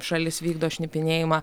šalis vykdo šnipinėjimą